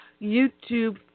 YouTube